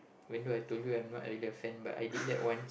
when do I told you I'm not either fan but I did that one